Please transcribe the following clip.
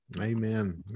amen